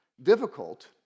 difficult